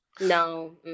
No